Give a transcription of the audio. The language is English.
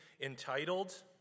entitled